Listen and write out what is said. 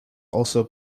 also